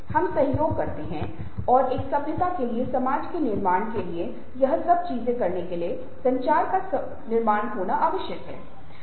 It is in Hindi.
हम सहयोग करते हैं और एक सभ्यता के लिए समाज के निर्माण के लिए यह सब चीजें करने के लिए संचार का निर्माण आवश्यक हो जाता है